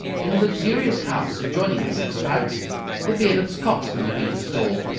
in a luxurious house adjoining this expanse the bearded scotsman had been installed,